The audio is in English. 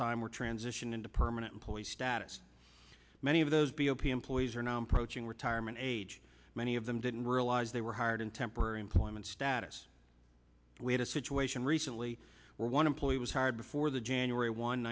time were transitioned into permanent employees status many of those be opium ploys or non protein retirement age many of them didn't realize they were hired in temporary employment status we had a situation recently where one employee was hired before the january one